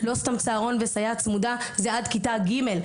לא סתם צהרון ולידה זה עד כיתה ג׳,